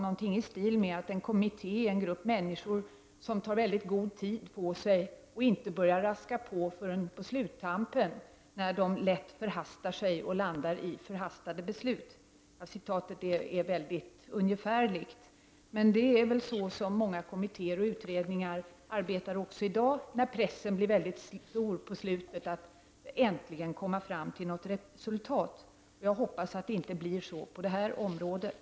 Han uttryckte sig ungefär som så att en kommitté är en grupp människor som tar väldigt god tid på sig och inte raskar på förrän på sluttampen när de lätt förhastar sig och landar i förhastade beslut. På detta sätt arbetar nog många kommittéer även i dag när pressen på slutet blir väldigt stor på att man äntligen skall komma fram till något resultat. Jag hoppas att det inte blir så på det här området.